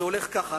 זה הולך ככה,